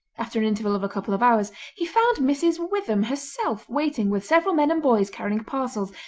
after an interval of a couple of hours, he found mrs. witham herself waiting with several men and boys carrying parcels,